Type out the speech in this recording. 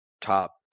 top